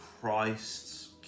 Christ's